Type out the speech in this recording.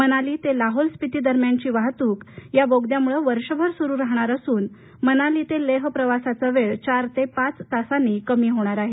मनाली ते लाहोल स्पिती दरम्यानची वाहतूक या बोगद्यामुळे वर्षभर सुरू राहणार असून मनाली ते लेह प्रवासाचा वेळ चार ते पाच तासांनी कमी होणार आहे